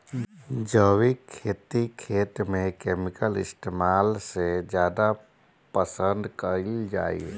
जैविक खेती खेत में केमिकल इस्तेमाल से ज्यादा पसंद कईल जाला